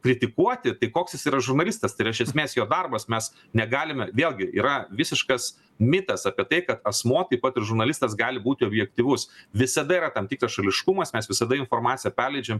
kritikuoti tai koks jis yra žurnalistas tai yra iš esmės jo darbas mes negalime vėlgi yra visiškas mitas apie tai kad asmuo taip pat ir žurnalistas gali būti objektyvus visada yra tam tikras šališkumas mes visada informaciją perleidžiam